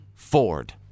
Ford